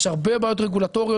יש הרבה בעיות רגולטוריות.